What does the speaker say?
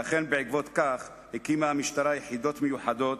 ואכן, בעקבות זאת הקימה המשטרה יחידות מיוחדות